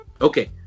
Okay